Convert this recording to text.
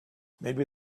maybe